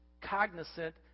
cognizant